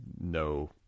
no